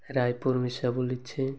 ରାୟପୁର ମିିଶା ବୁଲିଛି